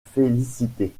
félicité